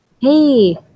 Hey